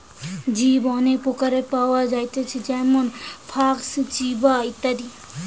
বীজ অনেক প্রকারের পাওয়া যায়তিছে যেমন ফ্লাক্স, চিয়া, ইত্যাদি